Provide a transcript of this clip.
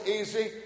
easy